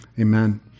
Amen